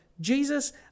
Jesus